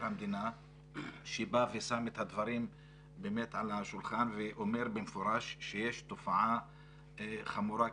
המדינה ששם את הדברים באמת על השולחן ואומר במפורש שיש תופעה חמורה כזאת.